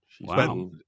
Wow